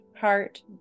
heart